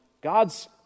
God's